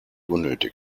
unnötig